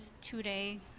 two-day